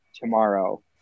tomorrow